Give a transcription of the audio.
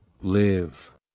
live